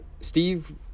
Steve –